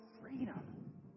Freedom